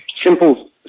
simple